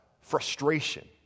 frustration